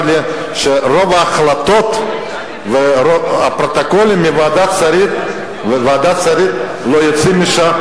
צר לי שרוב ההחלטות והפרוטוקולים מוועדת השרים לא יוצאים משם,